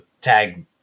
tag